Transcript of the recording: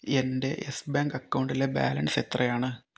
എൻ്റെ Yes Bank അക്കൗണ്ടിലെ balance എത്രയാണ്